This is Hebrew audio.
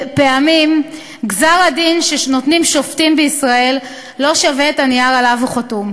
פעמים גזר-הדין שנותנים שופטים בישראל לא שווה את הנייר שעליו הוא חתום.